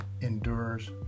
endures